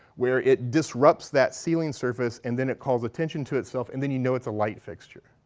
where it disrupts that ceiling surface and then it calls attention to itself and then you know it's a light fixture.